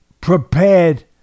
prepared